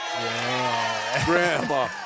Grandma